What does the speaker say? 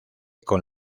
con